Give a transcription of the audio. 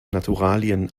naturalien